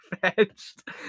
fetched